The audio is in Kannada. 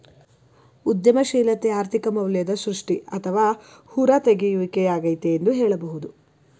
ಉದ್ಯಮಶೀಲತೆ ಆರ್ಥಿಕ ಮೌಲ್ಯದ ಸೃಷ್ಟಿ ಅಥವಾ ಹೂರತೆಗೆಯುವಿಕೆ ಯಾಗೈತೆ ಎಂದು ಹೇಳಬಹುದು